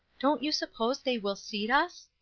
don't you suppose they will seat us?